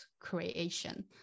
creation